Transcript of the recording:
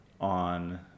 on